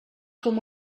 com